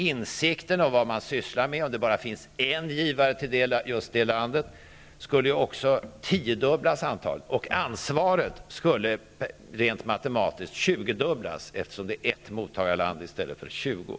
Insikten om vad man sysslar med skulle antagligen tiodubblas, om det bara finns en givare till resp. land. Dessutom skulle ansvaret rent matematiskt räknat tjugodubblas, eftersom det är fråga om ett mottagarland i stället för 20.